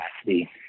capacity